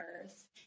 earth